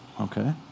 Okay